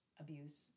Abuse